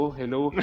hello